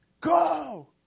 Go